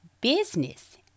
business